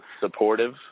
supportive